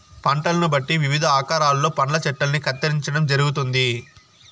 పంటలను బట్టి వివిధ ఆకారాలలో పండ్ల చెట్టల్ని కత్తిరించడం జరుగుతుంది